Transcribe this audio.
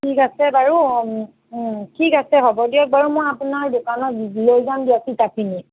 ঠিক আছে বাৰু ঠিক আছে হ'ব দিয়ক বাৰু মই আপোনাৰ দোকানত লৈ যাম দিয়ক কিতাপখিনি